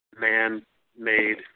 man-made